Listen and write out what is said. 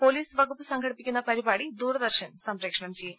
police വകുപ്പ് സംഘടിപ്പിക്കുന്ന പരിപാടി ദൂരദർശൻ സംപ്രേഷണം ചെയ്യും